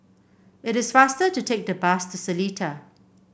it is faster to take the bus to Seletar